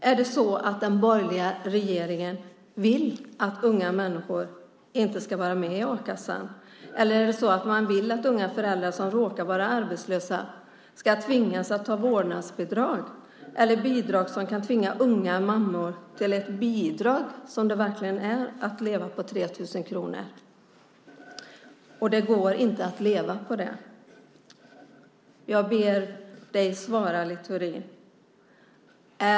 Är det så att den borgerliga regeringen vill att unga människor inte ska vara med i a-kassan? Eller är det så att man vill att unga föräldrar som råkar vara arbetslösa ska tvingas att ta vårdnadsbidrag eller bidrag som kan tvinga unga mammor att verkligen leva på 3 000 kronor? Det går inte att leva på det. Jag ber dig svara, Littorin.